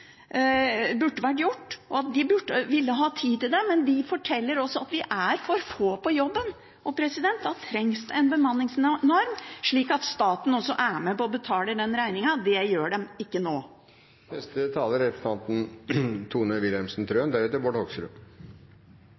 burde vært gjort, og ikke vil ha tid til dem, men de forteller oss at de er for få på jobb. Da trengs det en bemanningsnorm, slik at også staten er med på å betale den regninga. Det gjør den ikke nå. Jeg synes det er